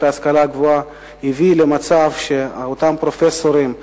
ההשכלה הגבוהה הביאו למצב שאותם פרופסורים חדשים,